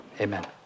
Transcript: Amen